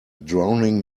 drowning